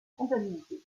comptabilité